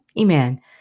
Amen